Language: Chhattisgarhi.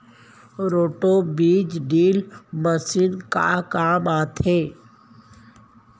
रोटो बीज ड्रिल मशीन का काम आथे?